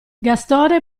gastone